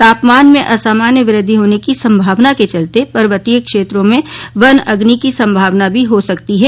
तापमान में असमान्य वृद्धि होने की संभावना के चलते पर्वतीय क्षेत्रों में वनाग्नि की संभावना भी हो सकती है